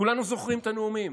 כולנו זוכרים את הנאומים,